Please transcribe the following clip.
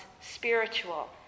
spiritual